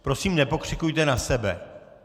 Prosím, nepokřikujte na sebe.